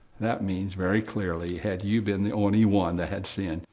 that means very clearly, had you been the only one that had sinned,